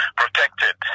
protected